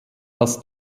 das